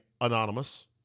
anonymous